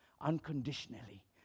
unconditionally